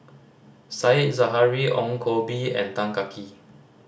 Said Zahari Ong Koh Bee and Tan Kah Kee